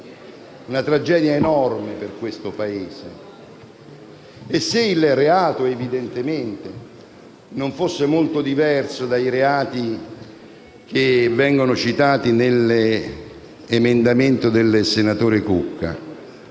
una tragedia enorme per questo Paese, e se il reato evidentemente non fosse molto diverso dai reati citati nell'emendamento del senatore Cucca